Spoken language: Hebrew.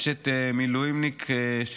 אשת מילואימניק,